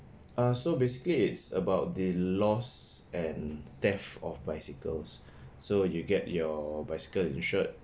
ah so basically it's about the loss and theft of bicycles so you get your bicycle insured